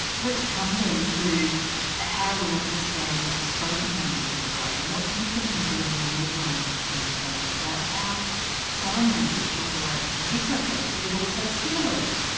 let's come then and to ah how we understand spoken language in the brain and what you've been revealing in your brain scan studies about how sign language operates differently, but also similarly,